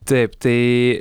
taip tai